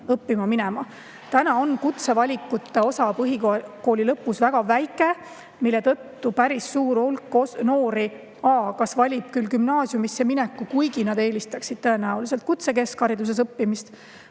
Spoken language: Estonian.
õppima minema. Täna on kutsevalikute osa põhikooli lõpus väga väike. Päris suur hulk noori kas valib küll gümnaasiumisse mineku, kuigi nad eelistaksid tõenäoliselt kutsekesk[koolis] õppida,